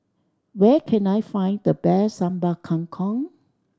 where can I find the best Sambal Kangkong